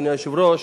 אדוני היושב-ראש,